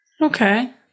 Okay